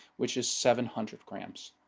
which is seven hundred grams.